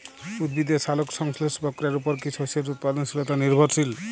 উদ্ভিদের সালোক সংশ্লেষ প্রক্রিয়ার উপর কী শস্যের উৎপাদনশীলতা নির্ভরশীল?